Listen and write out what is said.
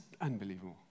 unbelievable